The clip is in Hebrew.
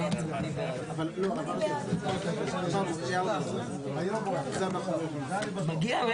לשים 'ארגון סיוע למתן טיפול רפואי בידי אדם